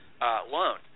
loan